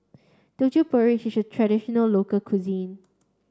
Teochew porridge is a traditional local cuisine